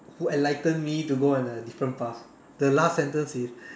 who enlighten me to go on a different path the last sentence is